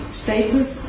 status